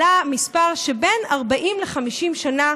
עלה המספר של בין 40 ל-50 שנה.